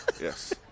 Yes